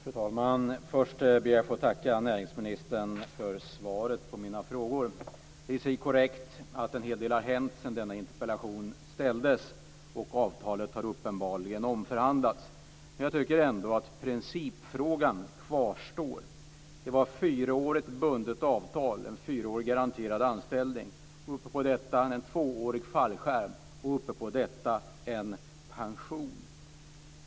Fru talman! Först ber jag att få tacka näringsministern för svaret på mina frågor. Det är i sig korrekt att en hel del har hänt sedan denna interpellation ställdes, och avtalet har uppenbarligen omförhandlats. Men jag tycker ändå att principfrågan kvarstår. Det var ett fyraårigt bundet avtal, en fyraårig garanterad anställning, ovanpå detta en tvåårig fallskärm, och ovanpå det en pension.